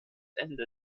ende